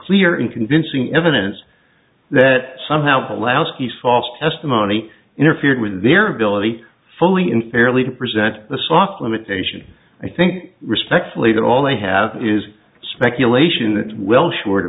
clear and convincing evidence that somehow polanski's false testimony interfered with their ability fully in fairly to present the soft limitation i think respectfully that all they have is speculation that well short